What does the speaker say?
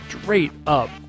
straight-up